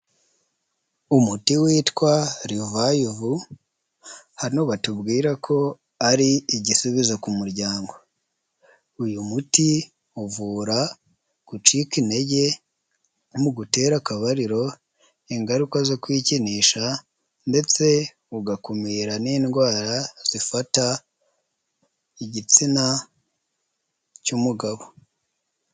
Umuti witwa Revive hano batubwira ko ari igisubizo ku muryango, uyu muti uvura gucika intege mu gutera akabariro, ingaruka zo kwikinisha ndetse ugakumira n'indwara zifata igitsina cy'umugabo.